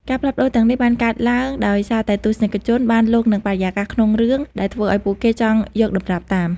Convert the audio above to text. ការផ្លាស់ប្តូរទាំងនេះបានកើតឡើងដោយសារតែទស្សនិកជនបានលង់នឹងបរិយាកាសក្នុងរឿងដែលធ្វើឲ្យពួកគេចង់យកតម្រាប់តាម។